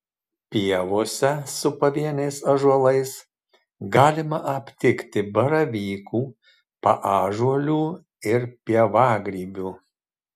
pievose su pavieniais ąžuolais galima aptikti baravykų paąžuolių ir pievagrybių